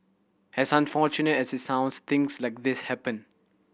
as unfortunate as it sounds things like this happen